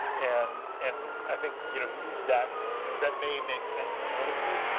and and i think you know that that may make sense politically,